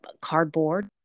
cardboard